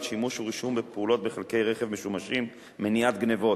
השימוש ורישום פעולות בחלקי רכב משומשים (מניעת גנבות),